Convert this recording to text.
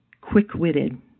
quick-witted